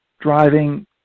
driving